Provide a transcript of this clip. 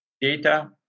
data